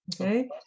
okay